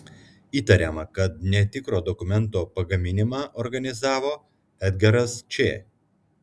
įtariama kad netikro dokumento pagaminimą organizavo edgaras č